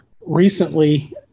recently